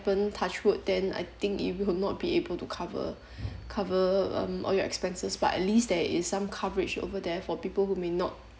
touchwood then I think it will not be able to cover cover um all your expenses but at least there is some coverage over there for people who may not